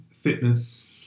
fitness